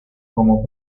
como